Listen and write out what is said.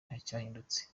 ntacyahindutse